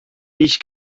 ich